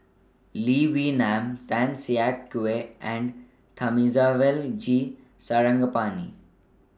Lee Wee Nam Tan Siak Kew and Thamizhavel G Sarangapani